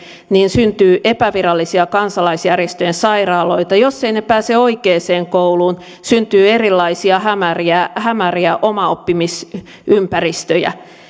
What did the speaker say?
syntyy epävirallisia kansalaisjärjestöjen sairaaloita jos he eivät pääse oikeaan kouluun syntyy erilaisia hämäriä hämäriä omaoppimisympäristöjä